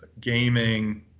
gaming